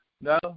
No